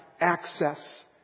access